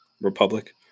republic